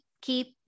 keep